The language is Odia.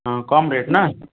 ହଁ କମ୍ ରେଟ୍ ନା